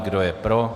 Kdo je pro?